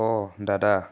অঁ দাদা